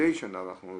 תודה